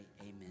amen